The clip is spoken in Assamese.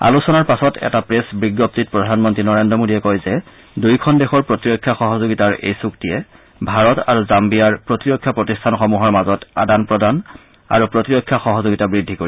আলোচনাৰ পাছত এটা প্ৰেছ বিজণ্তিত প্ৰধানমন্ত্ৰী নৰেদ্ৰ মোডীয়ে কয় যে দুয়োখন দেশৰ প্ৰতিৰক্ষা সহযোগিতাৰ এই চুক্তিয়ে ভাৰত আৰু জম্বিয়াৰ প্ৰতিৰক্ষা প্ৰতিষ্ঠানসমূহৰ মাজত আদান প্ৰদান আৰু প্ৰতিৰক্ষা সহযোগিতা বৃদ্ধি কৰিব